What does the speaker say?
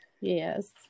Yes